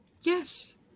Yes